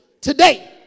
today